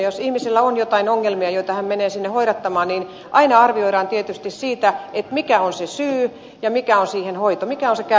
jos ihmisellä on jotain ongelmia joita hän menee sinne hoidattamaan niin aina arvioidaan tietysti sitä mikä on se syy ja mikä on siihen käypä hoito